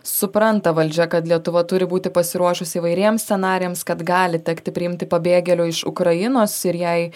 supranta valdžia kad lietuva turi būti pasiruošusi įvairiems scenarijams kad gali tekti priimti pabėgėlių iš ukrainos ir jei